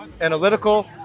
analytical